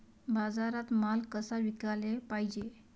बाजारात माल कसा विकाले पायजे?